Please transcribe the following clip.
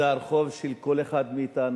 זה הרחוב של כל אחד מאתנו,